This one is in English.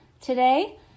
today